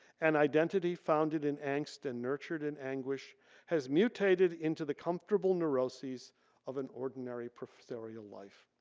an identity founded in angst and nurtured in anguish has mutated into the comfortable neuroses of an ordinary pertherial life.